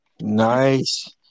Nice